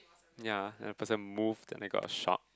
ya and the person move then I got shocked